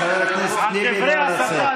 חבר הכנסת טיבי, נא לצאת.